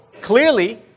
clearly